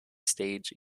stage